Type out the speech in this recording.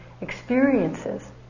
experiences